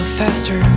faster